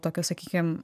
tokia sakykim